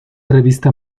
revista